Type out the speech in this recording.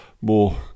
more